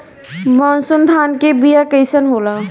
मनसुरी धान के बिया कईसन होला?